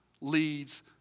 leads